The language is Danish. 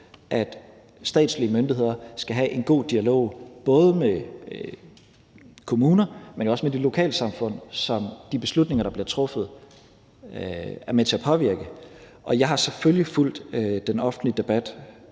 at statslige myndigheder skal have en god dialog med både de kommuner, men også med de lokalsamfund, som de beslutninger, der bliver truffet, er med til at påvirke. Og jeg har selvfølgelig fulgt den offentlige debat